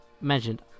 mentioned